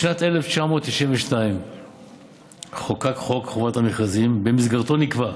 בשנת 1992 חוקק חוק חובת המכרזים, ובמסגרתו נקבע,